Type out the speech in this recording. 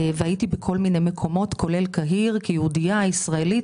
הייתי בכל מיני מקומות כיהודייה וכישראלית